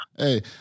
Hey